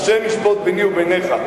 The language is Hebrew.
ה' ישפוט ביני ובינך.